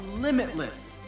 Limitless